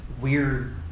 weird